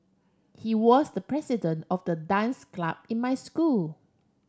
he was the president of the dance club in my school